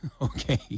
Okay